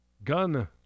Gun